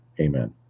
Amen